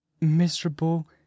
miserable